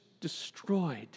destroyed